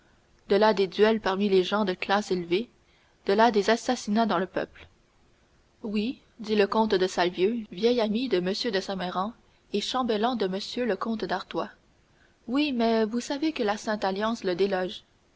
de là des duels parmi les gens de classe élevée de là des assassinats dans le peuple oui dit le comte de salvieux vieil ami de m de saint méran et chambellan de m le comte d'artois oui mais vous savez que la sainte-alliance le déloge